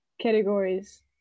categories